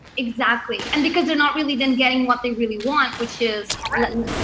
exactly, and because they're not really then getting what they really want, which is correct. and